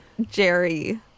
jerry